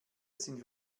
sind